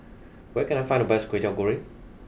where can I find the best Kwetiau Goreng